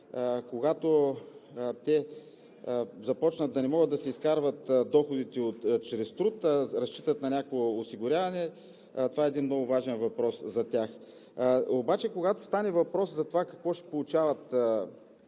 когато те започнат да не могат да си изкарват доходите чрез труд, а разчитат на някакво осигуряване, това е много важен въпрос за тях. Когато стане въпрос за това какво ще получават